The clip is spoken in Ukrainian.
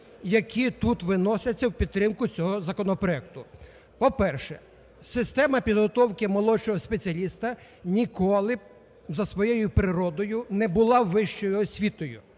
які тут виносяться в підтримку цього законопроекту. По-перше, система підготовки молодшого спеціаліста ніколи за своєю природою не була вищою освітою.